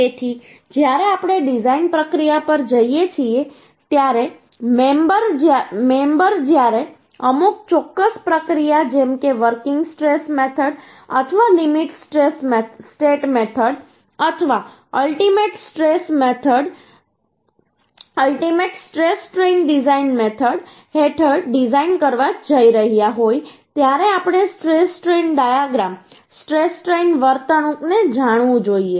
તેથી જ્યારે આપણે ડિઝાઈન પ્રક્રિયા પર જઈએ છીએ ત્યારે મેમબર જ્યારે અમુક ચોક્કસ પ્રક્રિયા જેમ કે વર્કિંગ સ્ટ્રેસ મેથડ અથવા લિમિટ સ્ટેટ મેથડ અથવા ultimate stress strain design method હેઠળ ડિઝાઈન કરવા જઈ રહ્યા હોય ત્યારે આપણે stress strain diagram stress strain વર્તણૂક ને જાણવું જોઈએ